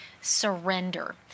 surrender